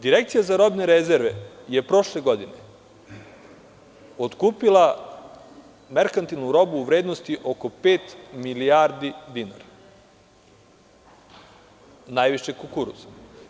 Direkcija za robne rezerve je prošle godine otkupila merkantilnu robu u vrednosti od oko pet milijardi dinara, najviše kukuruz.